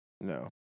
No